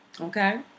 okay